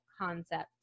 concept